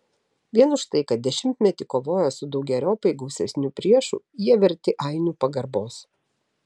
vien už tai kad dešimtmetį kovojo su daugeriopai gausesniu priešu jie verti ainių pagarbos